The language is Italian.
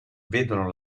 vedono